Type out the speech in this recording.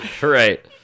right